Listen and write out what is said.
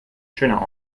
schöner